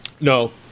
No